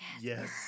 Yes